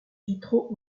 vitraux